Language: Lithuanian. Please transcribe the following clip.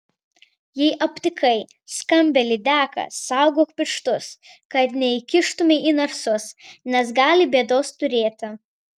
jei aptikai stambią lydeką saugok pirštus kad neįkištumei į nasrus nes gali bėdos turėti